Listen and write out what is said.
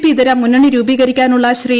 P യിതര മുന്നണി രൂപീകരിക്കാനുള്ള ശ്രീ